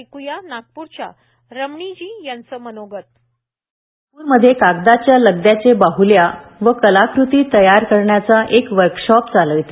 ऐक्या नागप्रच्या रमणीजी यांचे मनोगत बाईट नागप्रमध्ये कागदाच्या लगद्याच्या बाहल्या व कलाकृती तयार करण्याचा एक वर्कशॉप चालवते